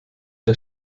der